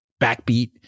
backbeat